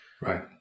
Right